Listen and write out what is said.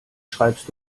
schreibst